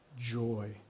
joy